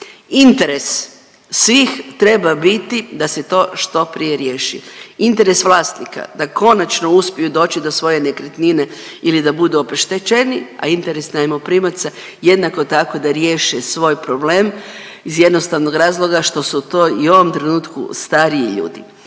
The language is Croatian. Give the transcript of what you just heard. Interes svih treba biti da se to što prije riješi. Interes vlasnika da konačno uspiju doći do svoje nekretnine ili da budu obeštećeni, a interes najmoprimaca jednako tako da riješe svoj problem iz jednostavnog razloga što su to i u ovom trenutku stariji ljudi.